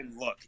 look